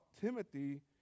Timothy